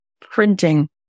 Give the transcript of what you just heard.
printing